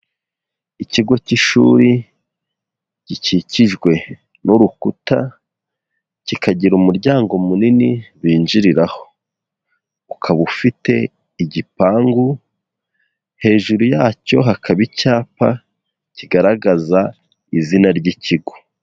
Ikigo cy'ishuri gikikijwe n'urukuta, kikagira umuryango munini binjiriraho, ukaba ufite igipangu, hejuru yacyo hakaba icyapa kigaragaza izina ry'ikigo.